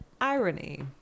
irony